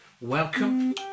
welcome